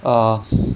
err